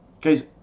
Guys